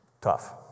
Tough